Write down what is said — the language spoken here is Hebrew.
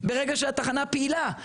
ברגע שהתחנה פעילה.